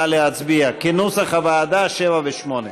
נא להצביע, כנוסח הוועדה, 7 ו-8.